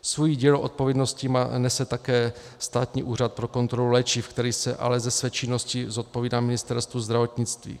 Svůj díl odpovědnosti nese také Státní úřad pro kontrolu léčiv, který se ale ze své činnosti zodpovídá Ministerstvu zdravotnictví.